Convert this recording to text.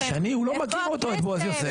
שני, הוא לא מכיר אותו, את בועז יוסף.